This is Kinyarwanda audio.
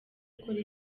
ukora